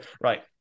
right